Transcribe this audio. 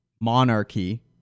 monarchy